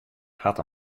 hat